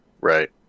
Right